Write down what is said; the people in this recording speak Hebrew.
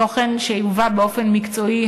תוכן שיובא באופן מקצועי,